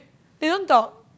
they don't talk